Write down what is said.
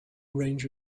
range